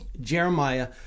Jeremiah